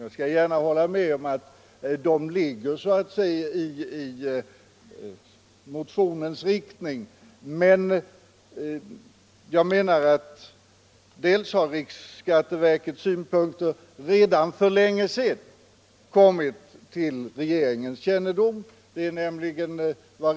Jag skall gärna hålla med om att de ligger så att säga i motionens riktning, men jag menar att riksskatteverkets synpunkter redan för länge sedan kommit till regeringens kännedom.